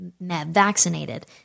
vaccinated